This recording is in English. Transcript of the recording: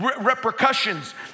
repercussions